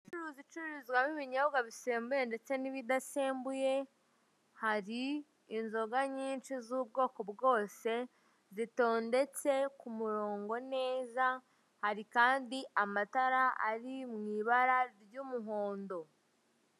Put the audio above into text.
Moto iparitse iri mubwoko bwa savenisenke mu ibara ry'umutuku ihetse iki bogisi cy'icyatsi cyanditseho vuba, hahagaze umugabo wambaye ipantaro y'ikoboyi afite amverope ari gushyiramo.